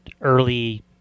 early